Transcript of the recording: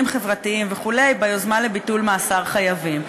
חברתיים וכו' ביוזמה לביטול מאסר חייבים.